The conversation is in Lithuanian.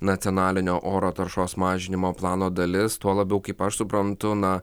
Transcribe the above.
nacionalinio oro taršos mažinimo plano dalis tuo labiau kaip aš suprantu na